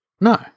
No